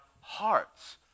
hearts